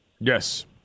Yes